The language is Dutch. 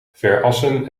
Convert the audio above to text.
verassen